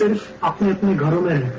सिर्फ अपने अपने घरों में रहकर